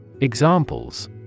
Examples